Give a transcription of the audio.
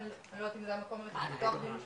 אני לא יודעת אם זה המקום לפתוח דיון משפטי,